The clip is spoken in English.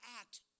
act